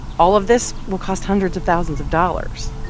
all of this will cost hundreds of thousands of dollars.